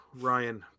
Ryan